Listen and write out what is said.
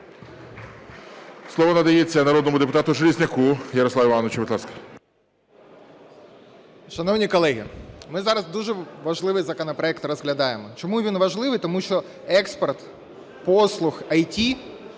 Слово надається народному депутату Железняку Ярославу Івановичу. Будь ласка. 13:33:59 ЖЕЛЕЗНЯК Я.І. Шановні колеги, ми зараз дуже важливий законопроект розглядаємо. Чому він важливий, тому що експорт послуг ІТ